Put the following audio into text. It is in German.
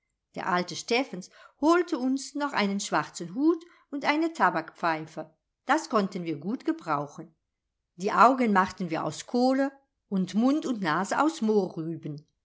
der alte steffens holte uns noch einen schwarzen hut und eine tabakspfeife das konnten wir gut gebrauchen die augen machten wir aus kohle und mund und nase aus